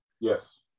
Yes